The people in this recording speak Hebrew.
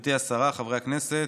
גברתי השרה, חברי הכנסת,